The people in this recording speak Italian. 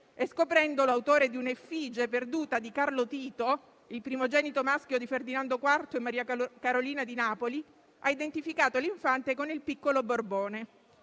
E, scoprendo l'autore di un'effige perduta di Carlo Tito, il primogenito maschio di Ferdinando IV e Maria Carolina di Napoli, ha identificato l'infante con il piccolo Borbone.